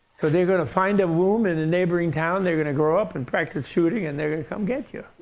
so they're going to find a womb in a neighboring town. they're going to grow up and practice shooting. and they're going to come get you.